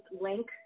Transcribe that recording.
link